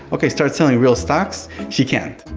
okay start selling real stocks, she can't.